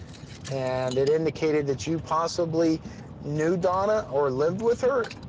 and it indicated that you possibly knew donna or lived with her?